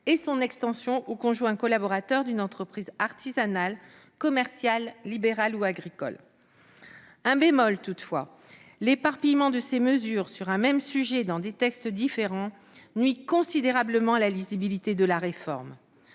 et son extension aux conjoints collaborateurs d'une entreprise artisanale, commerciale, libérale ou agricole. Un bémol toutefois : l'éparpillement de ces mesures portant sur un même sujet dans des textes différents nuit considérablement à la lisibilité de la réforme.